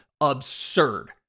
absurd